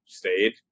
stayed